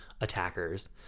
attackers